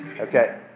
Okay